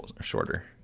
shorter